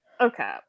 okay